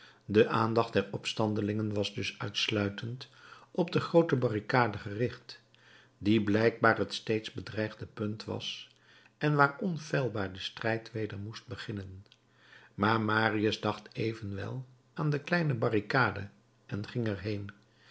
de aandacht der opstandelingen was dus uitsluitend op de groote barricade gericht die blijkbaar het steeds bedreigde punt was en waar onfeilbaar de strijd weder moest beginnen maar marius dacht evenwel aan de kleine barricade en ging